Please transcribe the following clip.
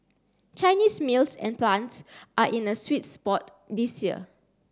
Chinese mills and plants are in a sweet spot this year